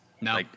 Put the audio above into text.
no